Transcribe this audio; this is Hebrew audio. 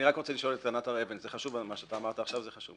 אני רק רוצה לשאול את ענת הר אבן מה שאתה אמרת עכשיו זה חשוב.